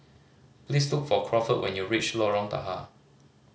please look for Crawford when you reach Lorong Tahar